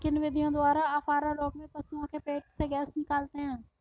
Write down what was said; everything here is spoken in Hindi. किन विधियों द्वारा अफारा रोग में पशुओं के पेट से गैस निकालते हैं?